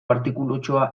artikulutxoa